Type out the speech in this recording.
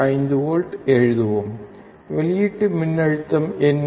5 volt எழுதுவோம் வெளியீட்டு மின்னழுத்தம் என்ன